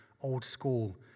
old-school